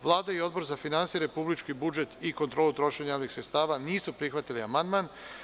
Vlada i Odbor za finansije, republički budžet i kontrolu trošenja javnih sredstava nisu prihvatili amandman.